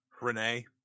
Renee